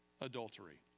adultery